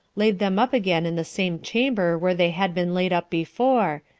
laid them up again in the same chamber where they had been laid up before,